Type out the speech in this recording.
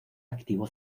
activo